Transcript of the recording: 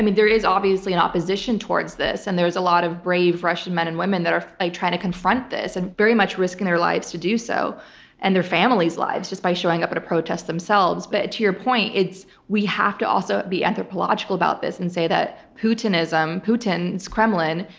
there is obviously an opposition towards this and there are a lot of brave russian men and women that are like trying to confront this, and very much risk in their lives to do so and their family's lives just by showing up at a protest themselves. but to your point we have to also be anthropological about this and say that putinism, putin's kremlin,